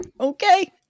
okay